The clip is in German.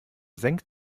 senkt